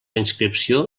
inscripció